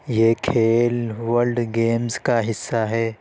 یہ کھیل world games کا حصہ ہے